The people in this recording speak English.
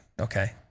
Okay